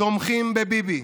תומכים בביבי,